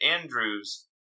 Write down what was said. Andrew's